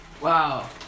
Wow